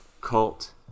Cult